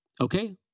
okay